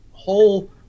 whole